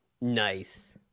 nice